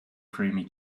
creamy